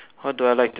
what do I like to